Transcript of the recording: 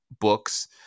books